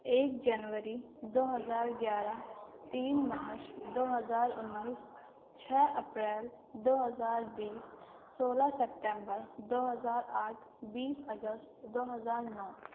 ایک جنوری دو ہزار گیارہ تین مارچ دو ہزار انیس چھ اپریل دو ہزار بیس سولہ سپٹمبر دو ہزار آٹھ بیس اگست دو ہزار نو